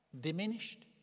diminished